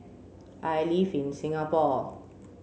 I live in Singapore